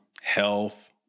health